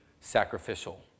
sacrificial